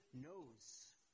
knows